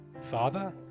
Father